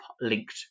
linked